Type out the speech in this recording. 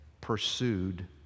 pursued